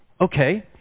Okay